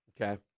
Okay